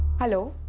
hello.